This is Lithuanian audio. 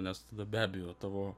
nes tada be abejo tavo